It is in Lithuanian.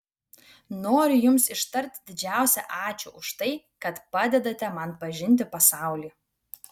noriu jums ištarti didžiausią ačiū už tai kad padedate man pažinti pasaulį